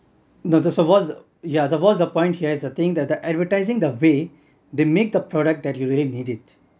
no so what's yeah what's the point here is the thing that advertising the way they make the product that you really need it